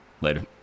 Later